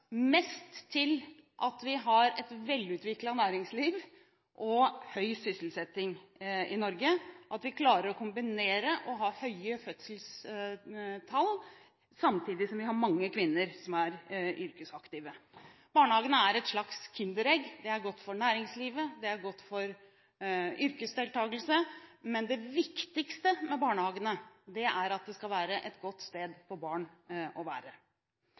mest til at vi har et velutviklet næringsliv og høy sysselsetting i Norge, og til at vi klarer å kombinere å ha høye fødselstall, samtidig som vi har mange kvinner som er yrkesaktive. Barnehagene er et slags kinderegg: Det er godt for næringslivet, det er godt for yrkesdeltakelse, og – det viktigste med barnehagene – det skal være et godt sted for barn å være.